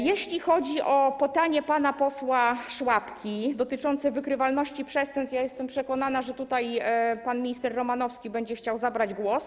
Jeśli chodzi o pytanie pana posła Szłapki dotyczące wykrywalności przestępstw, to ja jestem przekonana, że tutaj pan minister Romanowski będzie chciał zabrać głos.